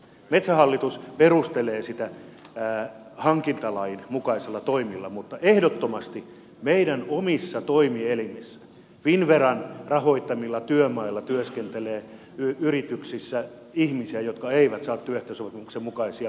metsähallitus perustelee sitä hankintalain mukaisilla toimilla mutta ehdottomasti meidän omissa toimielimissä finnveran rahoittamilla työmailla työskentelee yrityksissä ihmisiä jotka eivät saa työehtosopimuksen mukaisia palkkoja